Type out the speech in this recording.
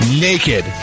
Naked